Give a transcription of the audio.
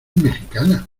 mexicana